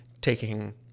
taking